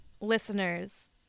listeners